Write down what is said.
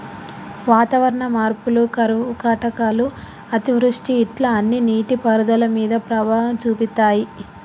వాతావరణ మార్పులు కరువు కాటకాలు అతివృష్టి ఇట్లా అన్ని నీటి పారుదల మీద ప్రభావం చూపితాయ్